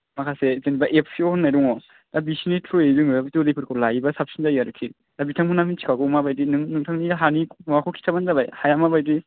माखासे जेनेबा F C अ होननाय दङ दा बिसोरनि थ्रुयै जोङो बे जोलैफोरखौ लायोब्ला साबसिन जायो आरोखि दा बिथांमोना मिन्थिखागौ माबायदि नों नोंथांनि हानि माबाखौ खिथाब्लानो जाबाय हाया माबायदि